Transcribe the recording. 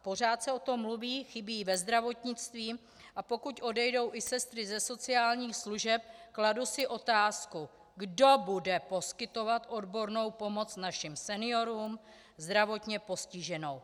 Pořád se o tom mluví, chybí ve zdravotnictví, a pokud odejdou i sestry ze sociálních služeb, kladu si otázku: Kdo bude poskytovat odbornou pomoc našim seniorům, zdravotně postiženým?